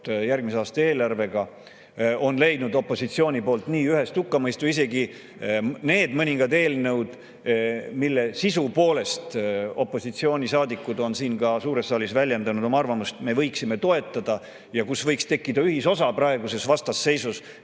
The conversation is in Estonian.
järgmise aasta eelarvega, on leidnud opositsiooni nii ühest hukkamõistu. Isegi need mõned eelnõud, mille sisu kohta on opositsioonisaadikud siin suures saalis väljendanud arvamust, et me võiksime neid toetada, ja kus võiks tekkida ühisosa praeguses vastasseisus,